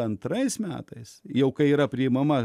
antrais metais jau kai yra priimama